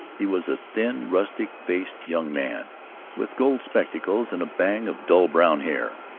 he was a thin, rustic-faced young man with gold spectacles and a bang of dull brown hair,